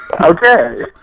Okay